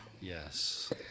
Yes